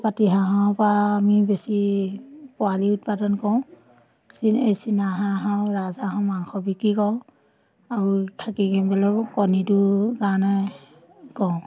পাতি হাঁহৰ পৰা আমি বেছি পোৱালি উৎপাদন কৰোঁ চী চীনা হাঁহ আৰু ৰাজাহাঁহৰ মাংস বিক্ৰী কৰোঁ আৰু খাকী কেম্বেলৰ কণীটো কাৰণে কৰোঁ